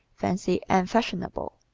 fancy and fashionable.